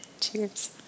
cheers